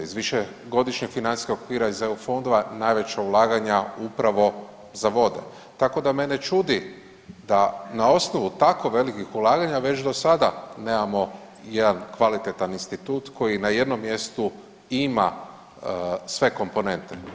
Iz Višegodišnjeg financijskog okvira iz eu fondova najveća ulaganja upravo za vode, tako da me ne čudi da na osnovu tako velikih ulaganja već do sada nemamo jedan kvalitetan institut koji na jednom mjestu ima sve komponente.